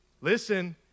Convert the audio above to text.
Listen